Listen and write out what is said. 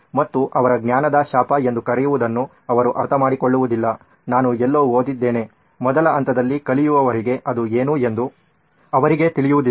ಮತ್ತು ಅವರ ಜ್ಞಾನದ ಶಾಪ ಎಂದು ಕರೆಯುವುದನ್ನು ಅವರು ಅರ್ಥಮಾಡಿಕೊಳ್ಳುವುದಿಲ್ಲ ನಾನು ಎಲ್ಲೋ ಓದಿದ್ದೇನೆ ಮೊದಲ ಹಂತದಲ್ಲಿ ಕಲಿಯುವರಿಗೆ ಅದು ಏನು ಎಂದು ಅವರಿಗೆ ತಿಳಿದಿರುವುದಿಲ್ಲ